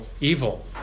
evil